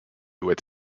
with